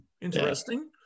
interesting